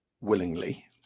willingly